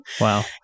Wow